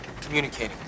Communicating